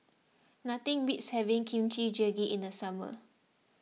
nothing beats having Kimchi Jjigae in the summer